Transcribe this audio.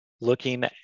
Looking